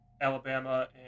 Alabama